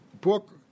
book